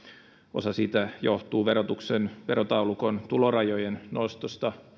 osa siitä johtuu verotuksen verotaulukon tulorajojen nostosta